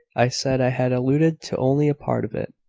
i said i had alluded to only a part of it.